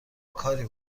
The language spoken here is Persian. کاری